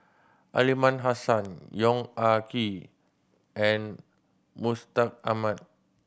Aliman Hassan Yong Ah Kee and Mustaq Ahmad